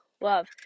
love